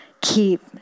Keep